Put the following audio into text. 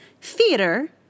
Theater